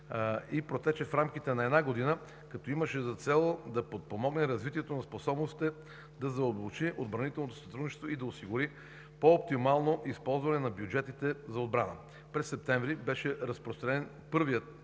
протече в рамките на една година, като имаше за цел да подпомогне развитието на способностите, да задълбочи отбранителното сътрудничество и да осигури по-оптимално използване на бюджетите за отбрана. През септември миналата година беше разпространен първият